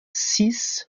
six